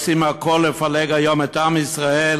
עושים הכול לפלג היום את עם ישראל,